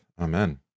amen